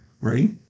right